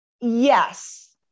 yes